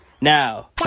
Now